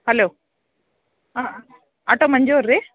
hello ಹಾಂ auto Manju ಅವ್ರ ರೀ